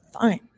fine